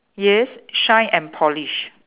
yes shine and polish